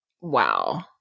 Wow